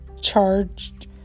charged